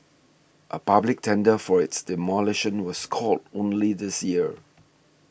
a public tender for its demolition was called only this year